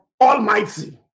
almighty